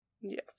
yes